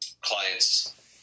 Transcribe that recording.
clients